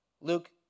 Luke